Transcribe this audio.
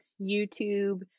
YouTube